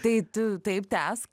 tai tu taip tęsk